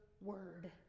word